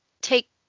take